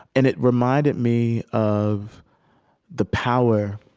and it reminded me of the power